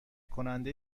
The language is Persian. کنده